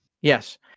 Yes